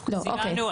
אנחנו סייענו.